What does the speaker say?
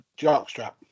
jockstrap